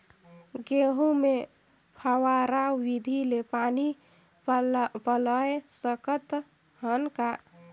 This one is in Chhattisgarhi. गहूं मे फव्वारा विधि ले पानी पलोय सकत हन का?